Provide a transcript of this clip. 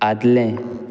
आदलें